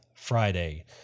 Friday